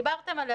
דיברתם עליה,